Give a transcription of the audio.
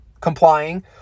complying